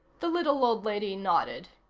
the little old lady nodded.